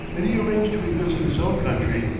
that he arranged to revisit his own country,